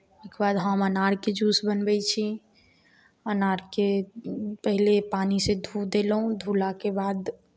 ओहिके बाद हम अनारके जूस बनबै छी अनारके पहले पानिसँ धो देलहुँ धोलाके बाद